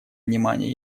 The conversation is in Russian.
внимания